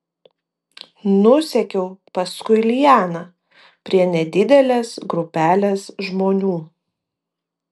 nusekiau paskui lianą prie nedidelės grupelės žmonių